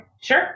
Sure